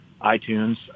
itunes